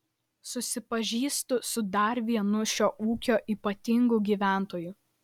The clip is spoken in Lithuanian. susipažįstu su dar vienu šio ūkio ypatingu gyventoju